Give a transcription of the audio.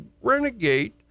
renegade